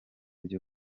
byo